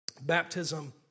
Baptism